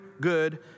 good